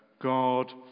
God